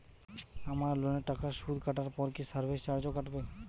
আমার লোনের টাকার সুদ কাটারপর কি সার্ভিস চার্জও কাটবে?